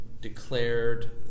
declared